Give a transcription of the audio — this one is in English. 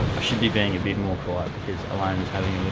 i should be being a bit more quiet because elayna's having